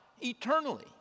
eternally